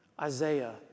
Isaiah